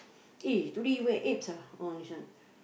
eh today you wear ah or this one